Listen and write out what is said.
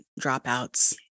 dropouts